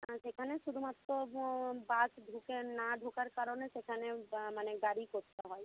সেখানে শুধুমাত্র বাস ঢুকে না না ঢোকার কারণে সেখানে মানে গাড়ি করতে হয়